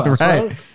right